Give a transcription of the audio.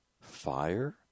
Fire